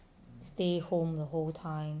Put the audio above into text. stay home the whole time